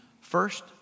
first